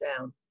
down